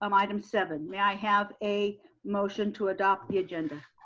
um item seven. may i have a motion to adopt the agenda.